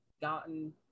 gotten